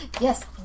Yes